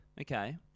Okay